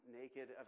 naked